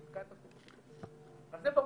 זה ברור.